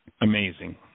amazing